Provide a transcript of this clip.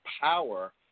power